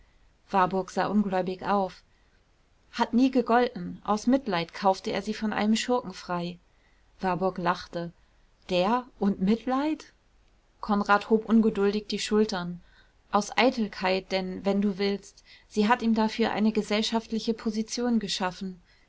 warburg sah ungläubig auf hat nie gegolten aus mitleid kaufte er sie von einem schurken frei warburg lachte der und mitleid konrad hob ungeduldig die schultern aus eitelkeit denn wenn du willst sie hat ihm dafür eine gesellschaftliche position geschaffen